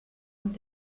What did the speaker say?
und